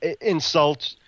insult